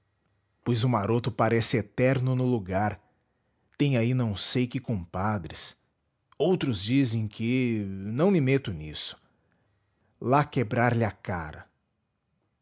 pois o maroto parece eterno no lugar tem aí não sei que compadres outros dizem que não me meto nisso lá quebrar lhe a cara